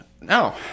No